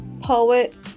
poet